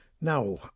Now